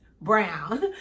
Brown